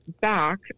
back